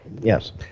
yes